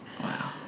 Wow